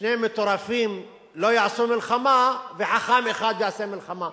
שני מטורפים לא יעשו מלחמה וחכם אחד יעשה מלחמה.